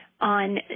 on